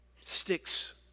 sticks